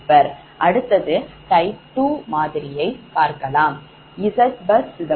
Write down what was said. அடுத்தது type 2 மாதிரியை பார்க்கலாம்